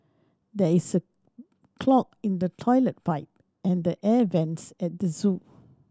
there is a clog in the toilet pipe and the air vents at the zoo